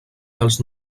dels